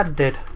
and that